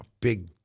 big